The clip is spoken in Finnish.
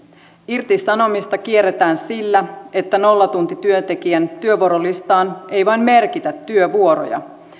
irtisanomista kierretään sillä että nollatuntityöntekijän työvuorolistaan ei vain merkitä työvuoroja